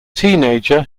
teenager